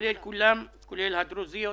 כולל כולן, כולל הדרוזיות.